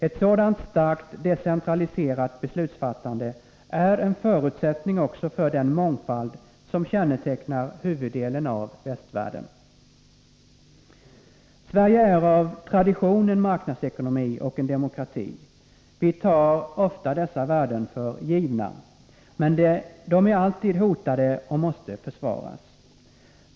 Ett sådant starkt decentraliserat beslutsfattande är en förutsättning också för den mångfald som kännetecknar huvuddelen av västvärlden. Sverige är av tradition en marknadsekonomi och en demokrati. Vi tar ofta dessa värden för givna, men de är alltid hotade och måste försvaras.